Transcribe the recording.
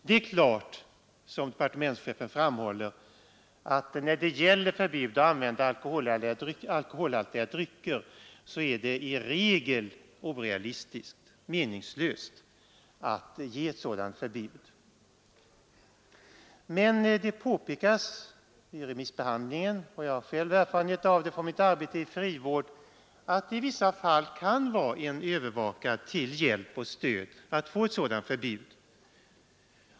Det är klart, som departementschefen framhåller, att ett förbud att använda alkoholhaltiga drycker i regel är orealistiskt och meningslöst. Men det påpekades vid remissbehandlingen — och jag har själv erfarenhet av det från mitt arbete i frivården — att det i vissa fall kan vara en övervakad till hjälp och stöd att få ett sådant förbud.